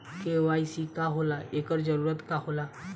KYC का होला एकर जरूरत का होला?